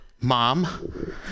mom